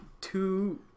Two